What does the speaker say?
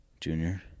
Junior